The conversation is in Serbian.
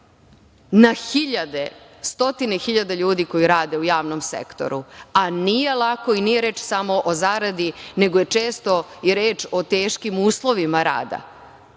na hiljade, stotine hiljada ljudi koji rade u javnom sektoru. A nije lako i nije reč samo o zaradi, nego je često i reč o teškim uslovima rada